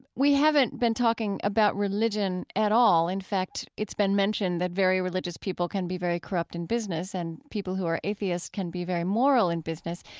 we haven't been talking about religion at all. in fact, it's been mentioned that very religious people can be very corrupt in business, and people who are atheists can be very moral in business.